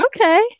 Okay